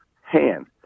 hand